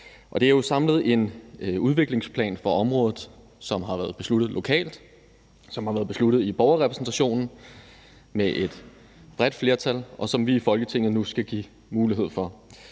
Det er jo samlet i en udviklingsplan for området, som har været besluttet lokalt, som har været besluttet i borgerrepræsentationen af et bredt flertal, og som vi i Folketinget nu skal give mulighed for.